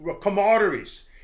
commodities